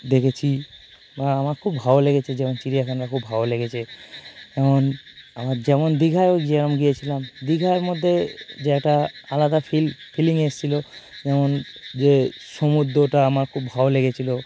দেখেছি এবং আমার খুব ভালো লেগেছে যেমন চিড়িয়াখানা খুব ভালো লেগেছে যেমন আমার যেমন দীঘাও যেরকম গিয়েছিলাম দীঘার মধ্যে যে একটা আলাদা ফিল ফিলিং এসছিলো যেমন যে সমুদ্রটা আমার খুব ভালো লেগেছিলো